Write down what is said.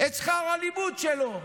את שכר הלימוד שלו,